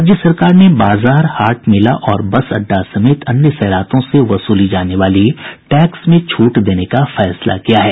राज्य सरकार ने बाजार हाट मेला और बस अड्डा समेत अन्य सैरातों से वसूली जाने वाली टैक्स में छूट देने का फैसला किया है